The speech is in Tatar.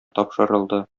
тапшырылды